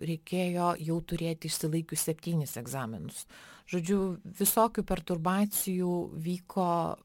reikėjo jau turėti išsilaikius septynis egzaminus žodžiu visokių perturbacijų vyko